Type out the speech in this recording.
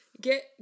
get